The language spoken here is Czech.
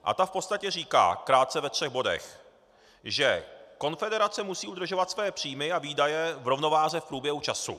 Ta v podstatě říká krátce ve třech bodech, že konfederace musí udržovat svoje příjmy a výdaje v rovnováze v průběhu času.